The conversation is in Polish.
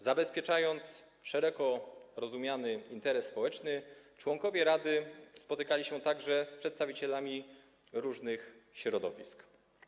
Zabezpieczając szeroko rozumiany interes społeczny, członkowie rady spotykali się także z przedstawicielami różnych środowisk.